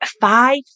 five